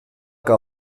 que